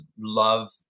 love